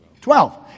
Twelve